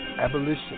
Abolition